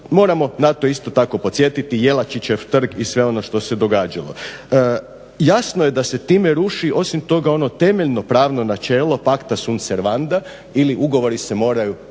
moramo na to isto tako podsjetiti, Jelačićev trg i sve ono što se događalo. Jasno je da se time ruši osim toga ono temeljno pravno načelo pacta sunt servanda ili ugovori se moraju poštivati